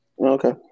Okay